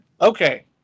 Okay